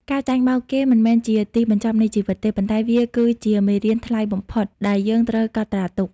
ការចាញ់បោកគេមិនមែនជាទីបញ្ចប់នៃជីវិតទេ ប៉ុន្តែវាគឺជា "មេរៀនថ្លៃបំផុត" ដែលយើងត្រូវកត់ត្រាទុក។